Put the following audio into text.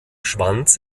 schwanz